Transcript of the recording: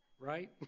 Right